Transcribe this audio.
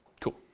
Cool